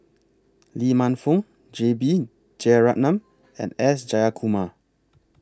Lee Man Fong J B Jeyaretnam and S Jayakumar